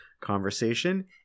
conversation